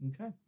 Okay